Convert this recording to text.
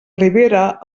ribera